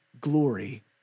glory